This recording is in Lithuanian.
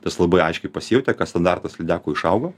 tas labai aiškiai pasijautė kad standartas lydekų išaugo